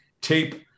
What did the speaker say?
tape